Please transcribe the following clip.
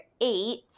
eight